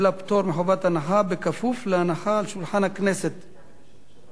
(ייעוץ השקעות כללי ושיווק השקעות כללי),